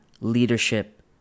leadership